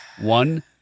One